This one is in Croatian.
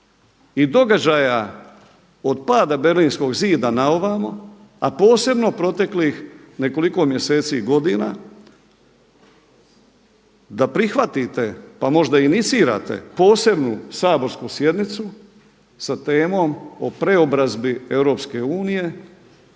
i događaja od pada Berlinskog zida na ovamo, a posebno proteklih nekoliko mjeseci i godina da prihvatite, pa možda inicirate posebnu saborsku sjednicu sa temom o preobrazbi Europske unije